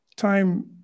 Time